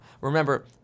Remember